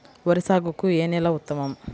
వరి సాగుకు ఏ నేల ఉత్తమం?